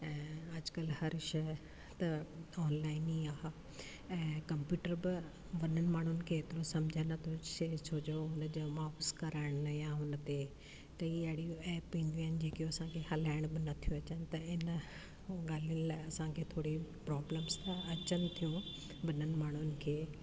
ऐं अॼुकल्ह हर शइ त ऑनलाइन ई आहे ऐं कंप्यूटर बि वॾनि माण्हुनि खे एतिरो सम्झ में नथो अचे छो जो हुन जा कराइणु लाइ या हुन ते कई अहिड़ियूं ऐप ईंदियूं आहिनि जेके असांखे हलाइण बि नथियूं अचनि त इन ॻाल्हियुनि लाइ असांखे थोरी प्रॉब्लम्स त अचनि थियूं वॾनि माण्हुनि खे